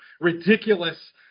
ridiculous